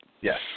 Yes